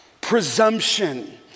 presumption